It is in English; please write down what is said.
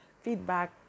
Feedback